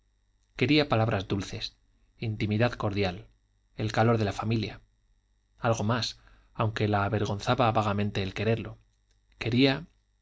quería palabras dulces intimidad cordial el calor de la familia algo más aunque la avergonzaba vagamente el quererlo quería